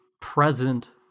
present